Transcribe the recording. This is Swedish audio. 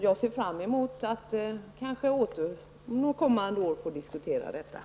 Jag ser fram emot att kanske under kommande år få diskutera frågan.